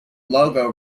logo